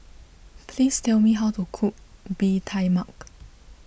please tell me how to cook Bee Tai Mak